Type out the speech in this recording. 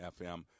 FM